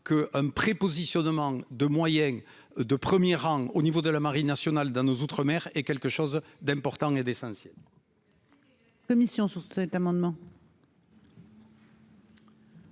que un pré-positionnement de moyens de 1er rang au niveau de la marine nationale dans nos Outre-mer et quelque chose d'important et des syndicats.